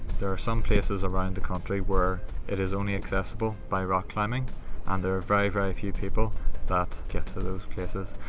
there are some places around the country where it is only accessible by rock climbing and there are very very few people that get to those places.